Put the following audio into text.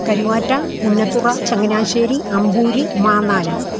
Karuvatta Punnathura Changanassery Amboori മാങ്ങാനം